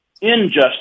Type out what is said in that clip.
injustice